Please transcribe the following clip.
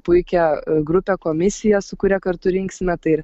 puikią grupę komisiją su kuria kartu rinksime tai ir